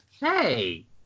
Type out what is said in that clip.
Hey